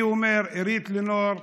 אני אומר: עירית לינור מזלזלת,